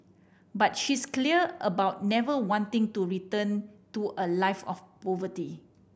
but she's clear about never wanting to return to a life of poverty